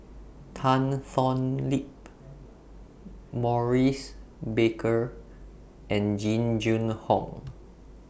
Tan Thoon Lip Maurice Baker and Jing Jun Hong